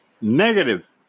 negative